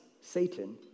Satan